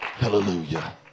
Hallelujah